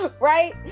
Right